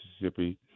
Mississippi